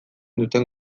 duten